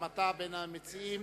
גם אתה בין המציעים.